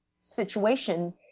situation